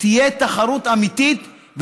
תהיה תחרות אמיתית,